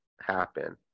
happen